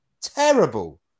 Terrible